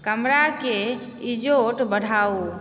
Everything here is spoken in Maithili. कमराके इजोत बढ़ाउ